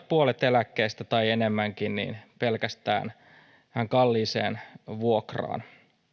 puolet eläkkeestä tai enemmänkin pelkästään kalliiseen vuokraan